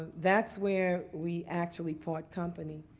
that's where we actually part company.